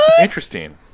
Interesting